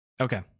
Okay